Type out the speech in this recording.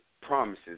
promises